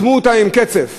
אטמו אותן בקצף.